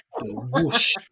whoosh